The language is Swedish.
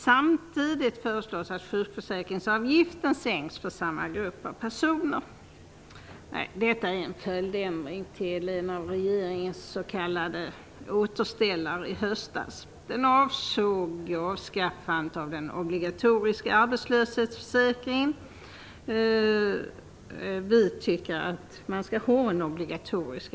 Samtidigt föreslås att sjukförsäkringsavgiften sänks för samma grupp av personer. Detta är en följdändring till en av regeringens s.k. återställare i höstas. Den avsåg avskaffandet av den obligatoriska arbetslöshetsförsäkring som vi tycker att man skall ha.